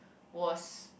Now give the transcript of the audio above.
was